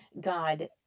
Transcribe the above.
God